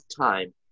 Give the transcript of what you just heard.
time